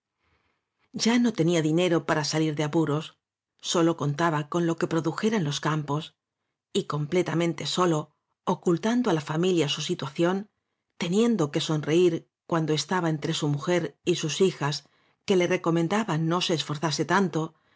ya no tenía dinero para salir de apuros sólo contaba con lo que produjeran los cam pos y completamente solo ocultando á la familia su situación teniendo que sonreír cuando estaba entre su mujer y sus hijas que le recomendaban no se esforzase tanto